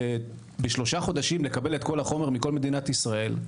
בשלושה חודשים לקבל את כל החומר ממדינת ישראל,